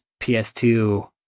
PS2